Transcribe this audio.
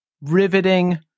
riveting